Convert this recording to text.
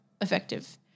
effective